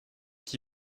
qui